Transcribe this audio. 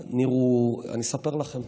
ניר, אני אספר לכם: